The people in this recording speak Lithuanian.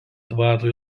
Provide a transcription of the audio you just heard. dvarą